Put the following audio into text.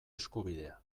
eskubidea